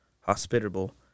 hospitable